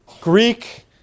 Greek